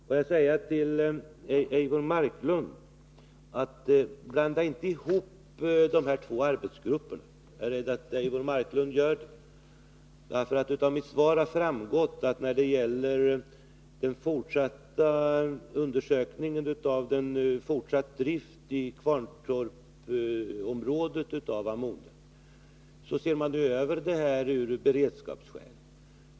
Får jag säga till Eivor Marklund: Blanda inte ihop de här två arbetsgrupperna! Jag är rädd för att Eivor Marklund gör det. Av mitt svar har framgått att man i den vidare undersökningen av en fortsatt tillverkning av ammoniak i Kvarntorpsområdet ser över denna fråga ur beredskapssynpunkt.